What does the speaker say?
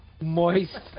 Moist